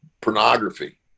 pornography